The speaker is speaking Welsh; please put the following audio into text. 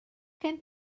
gen